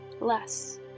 Less